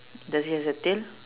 does it have a tail